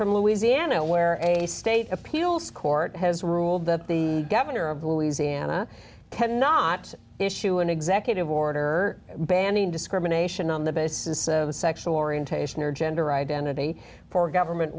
from louisiana where a state appeals court has ruled that the governor of louisiana cannot issue an executive order banning discrimination on the basis of sexual orientation or gender identity for government